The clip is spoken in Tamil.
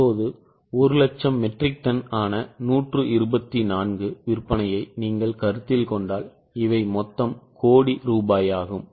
இப்போது ஒரு லட்சம் மெட்ரிக் டன் ஆன 124 விற்பனையை நீங்கள் கருத்தில் கொண்டால் இவை மொத்தம் கோடி ரூபாயாகும்